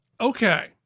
okay